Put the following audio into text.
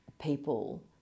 people